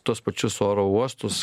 tuos pačius oro uostus